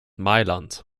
mailand